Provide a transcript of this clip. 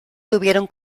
tuvieron